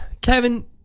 Kevin